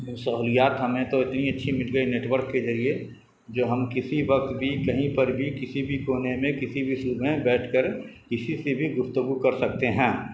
سہولیات ہمیں تو اتنی اچھی مل گئی نیٹ ورک کے ذریعے جو ہم کسی وقت بھی کہیں پر بھی کسی بھی کونے میں کسی بھی صوبے میں بیٹھ کر کسی سے بھی گفتگو کر سکتے ہیں